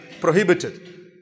prohibited